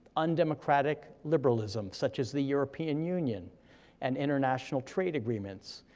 undemocratic liberalism, such as the european union and international trade agreements,